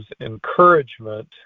encouragement